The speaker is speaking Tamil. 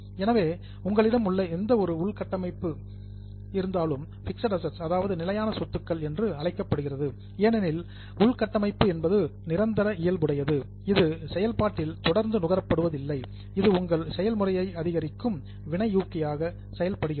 எனவே உங்களிடம் உள்ள எந்த ஒரு உள்கட்டமைப்பும் பிக்ஸட் அசெட்ஸ் நிலையான சொத்துக்கள் என்று அழைக்கப்படுகிறது ஏனெனில் இன்ப்ராஸ்ட்ரக்சர் உள் கட்டமைப்பு என்பது நிரந்தர இயல்புடையது இது உங்கள் செயல்பாட்டில் தொடர்ந்து நுகரப்படுவதில்லை இது உங்கள் செயல் முறையை அதிகரிக்கும் கேட்டலிஸ்ட் வினையூக்கியாக செயல்படுகிறது